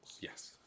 Yes